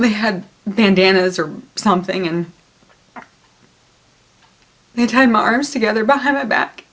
they had bandanas or something and the time arms together behind my back